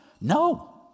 No